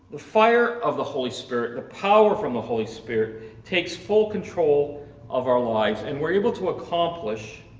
the fire of the holy spirit, the power from the holy spirit takes full control of our lives and we're able to accomplish